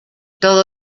todo